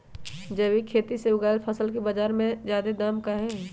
जैविक खेती से उगायल फसल के बाजार में जादे दाम हई